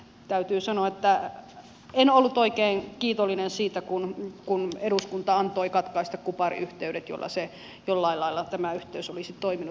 täytyy sanoa että en ollut oikein kiitollinen siitä kun eduskunta antoi katkaista kupariyhteydet joilla tämä yhteys jollain lailla olisi toiminut